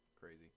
Crazy